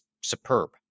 superb